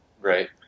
Right